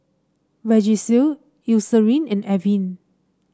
Vagisil Eucerin and Avene